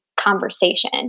conversation